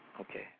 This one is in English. Okay